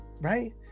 right